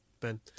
Ben